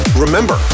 Remember